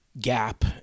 gap